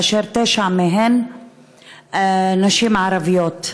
תשע מהן נשים ערביות.